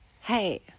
Hey